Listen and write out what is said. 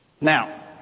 Now